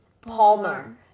Palmer